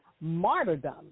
martyrdom